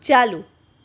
ચાલુ